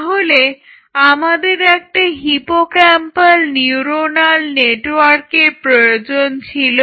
তাহলে আমাদের একটা হিপোক্যাম্পাল নিউরণাল নেটওয়ার্কের প্রয়োজন ছিল